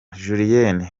julienne